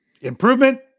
improvement